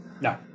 No